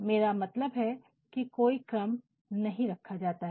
मेरा मतलब है कि कोई क्रम नहीं रखा जाता है